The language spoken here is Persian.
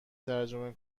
ترجمه